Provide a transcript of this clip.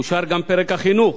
אושר גם פרק החינוך